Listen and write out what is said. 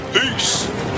peace